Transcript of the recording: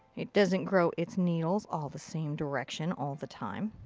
it doesn't grow it's needles all the same direction all the time.